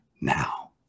now